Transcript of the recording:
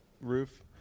roof